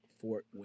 Fort